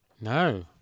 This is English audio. No